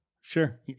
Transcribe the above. Sure